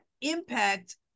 impact